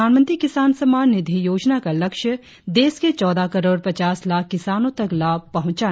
प्रधानमंत्री किसान सम्मान निधि योजना का लक्ष्य देश के चौदह करोड़ पचास लाख किसानों तक लाभ पहुंचाना है